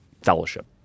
fellowship